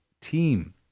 team